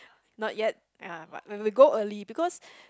not yet ah but we will go early because